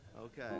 Okay